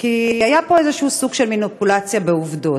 כי היה פה איזשהו סוג של מניפולציה בעובדות.